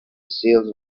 seals